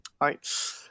right